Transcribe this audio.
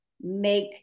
make